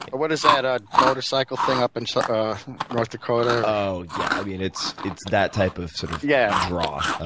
what is that? a motorcycle thing up and in ah north dakota? oh yeah. i mean it's it's that type of sort of yeah draw.